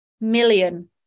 million